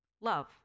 love